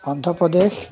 Andhra Pradesh